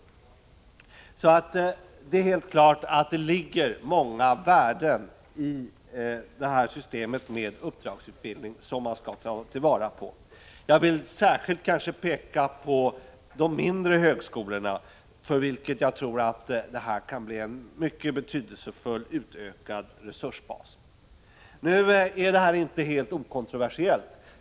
Det är alltså helt klart att det ligger många värden i systemet med uppdragsutbildning, värden som man bör ta till vara. Jag vill särskilt peka på de mindre högskolorna, som jag tror kommer att kunna få en mycket betydelsefull utökad resursbas genom uppdragsutbildningen. Förslaget är emellertid inte helt okontroversiellt.